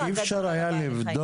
אי אפשר היה לבדוק?